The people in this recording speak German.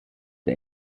der